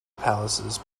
palaces